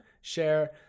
share